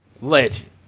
legend